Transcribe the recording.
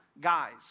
guys